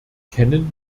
kennen